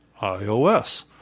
iOS